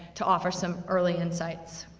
to offer some early insight.